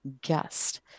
guest